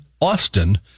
Austin